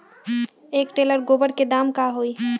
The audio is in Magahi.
एक टेलर गोबर के दाम का होई?